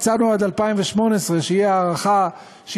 הצענו שתהיה הארכה עד 2018,